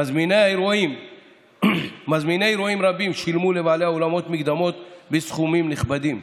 מזמיני אירועים רבים שילמו לבעלי האולמות מקדמות בסכומים נכבדים,